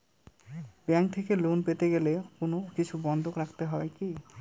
Bank থেকে loan পেতে গেলে কোনো কিছু বন্ধক রাখতে হয় কি?